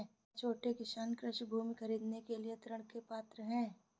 क्या छोटे किसान कृषि भूमि खरीदने के लिए ऋण के पात्र हैं?